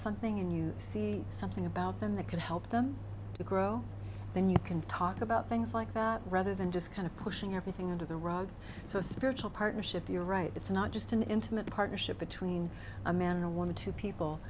something and you see something about them that can help them to grow then you can talk about things like that rather than just kind of pushing everything under the rug so a spiritual partnership you're right it's not just an intimate partnership between a man or woman to people